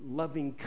loving